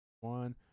one